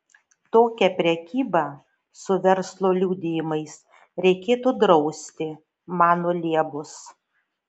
tokią prekybą su verslo liudijimais reikėtų drausti mano liebus